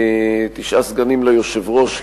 תשעה סגנים ליושב-ראש,